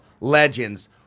Legends